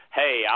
hey